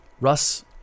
Russ